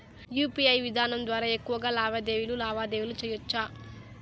UPI విధానం ద్వారా ఎక్కువగా లావాదేవీలు లావాదేవీలు సేయొచ్చా?